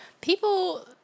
People